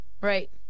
Right